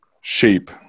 shape